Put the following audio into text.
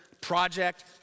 project